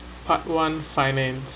part one finance